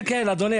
כן, אדוני.